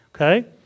okay